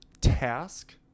task